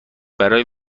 برای